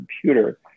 computer